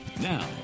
Now